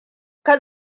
ka